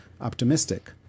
optimistic